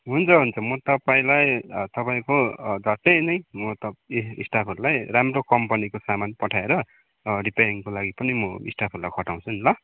हुन्छ हुन्छ म तपाईँलाई तपाईँको झट्टै नै म त ए स्टाफहरूलाई राम्रो कम्पनीको सामान पठाएर रिपेरिङको लागि पनि म स्टाफहरूलाई खटाउँछु नि ल